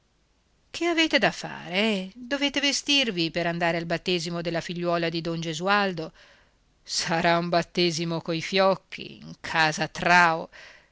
che avete da fare eh dovete vestirvi per andare al battesimo della figliuola di don gesualdo sarà un battesimo coi fiocchi in casa trao